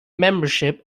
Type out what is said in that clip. membership